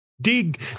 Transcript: dig